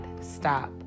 stop